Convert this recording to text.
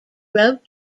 road